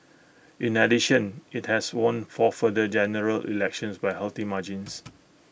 in addition IT has won four further general elections by healthy margins